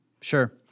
Sure